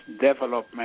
Development